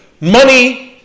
Money